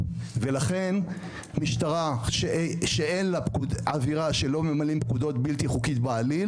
לכן משטרה שאין בה אווירה שלא ממלאים פקודות בלתי חוקית בעליל